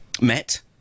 met